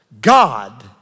God